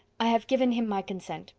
i have given him my consent.